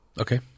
Okay